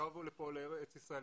שבו לארץ ישראל,